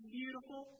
beautiful